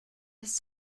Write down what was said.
his